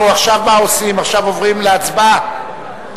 אנחנו עוברים עכשיו להצבעה.